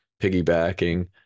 piggybacking